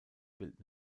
bild